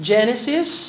Genesis